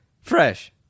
Fresh